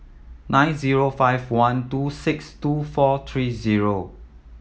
nine zero five one two six two four three zero